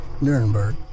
Nuremberg